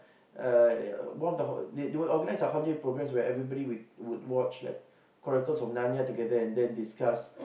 uh one of the hol~ they they will organise a holiday progress where everybody will would watch like Chronicles-of-Narnia together and then discuss